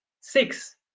Six